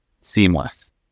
seamless